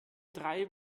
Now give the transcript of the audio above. drei